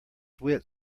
wit